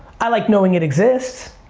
i like knowing it exists.